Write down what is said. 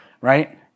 right